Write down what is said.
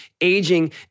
aging